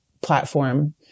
platform